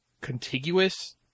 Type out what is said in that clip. contiguous